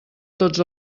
tots